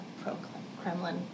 pro-Kremlin